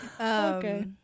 Okay